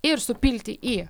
ir supilti į